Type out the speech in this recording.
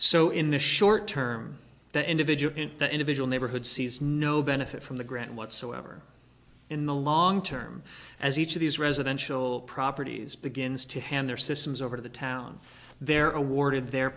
so in the short term the individual in the individual neighborhood sees no benefit from the grant whatsoever in the long term as each of these residential properties begins to hand their systems over to the town there are awarded their